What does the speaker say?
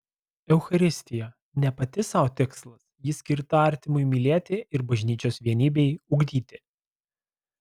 eucharistija ne pati sau tikslas ji skirta artimui mylėti ir bažnyčios vienybei ugdyti